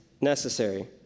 necessary